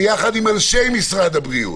יחד עם אנשי משרד הבריאות.